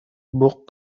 بوق